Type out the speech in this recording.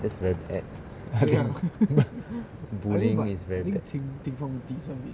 that's very bad bullying is very bad